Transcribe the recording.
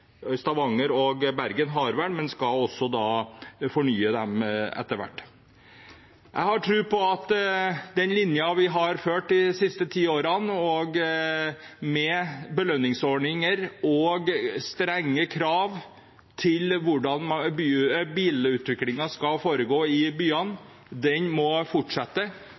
Stavanger og Bergen har vel avtaler, men de skal også fornye dem etter hvert. Jeg har tro på at den linjen vi har ført de siste ti årene, med belønningsordninger og strenge krav til hvordan bilutviklingen skal foregå i byene, må fortsette.